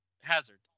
Hazard